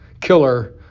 killer